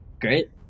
great